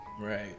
Right